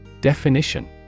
Definition